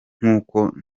nk’uko